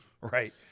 Right